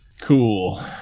cool